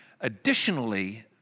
Additionally